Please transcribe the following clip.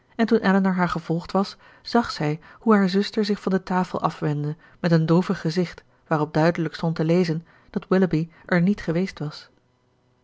en toen elinor haar gevolgd was zag zij hoe haar zuster zich van de tafel afwendde met een droevig gezicht waarop duidelijk stond te lezen dat willoughby er niet geweest was